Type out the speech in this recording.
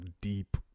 deep